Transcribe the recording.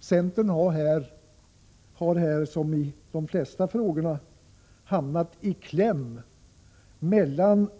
Centern har här — liksom i de flesta frågor — hamnat i kläm mellan den